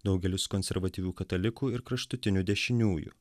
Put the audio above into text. daugelis konservatyvių katalikų ir kraštutinių dešiniųjų